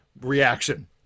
reaction